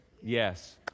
Yes